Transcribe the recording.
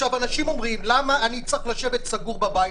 אנשים אומרים: למה אני צריך לשבת סגור בבית,